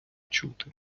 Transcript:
чути